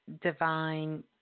divine